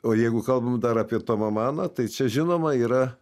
o jeigu kalbam dar apie tomą maną tai čia žinoma yra